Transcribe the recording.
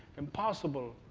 impossible,